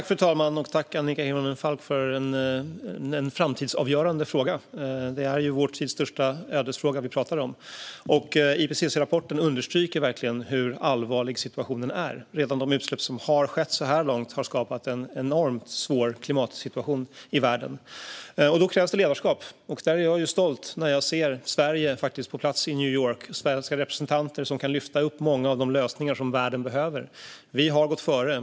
Fru talman! Tack, Annika Hirvonen Falk, för en framtidsavgörande fråga! Det är vår tids största ödesfråga vi talar om. IPCC-rapporten understryker verkligen hur allvarlig situationen är. Redan de utsläpp som har skett så här långt har skapat en enormt svår klimatsituation i världen. Då krävs det ledarskap. Jag är stolt när jag ser Sverige på plats i New York och svenska representanter som kan lyfta upp många av de lösningar som världen behöver. Vi har gått före.